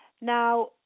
Now